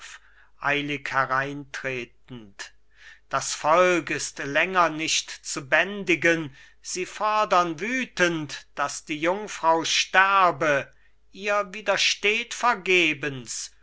eilig hereintretend das volk ist länger nicht zu bändigen sie fodern wütend daß die jungfrau sterbe ihr widersteht vergebens